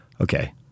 Okay